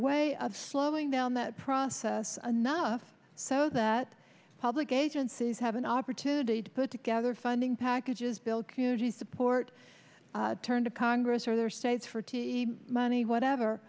way of slowing down that process anough so that public agencies have an opportunity to put together funding packages build community support turn to congress or their states for tea money